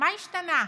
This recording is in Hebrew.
מה השתנה?